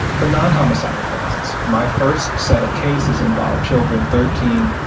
for non-homicide offences. my first set of cases involved children thirteen,